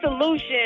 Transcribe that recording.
solution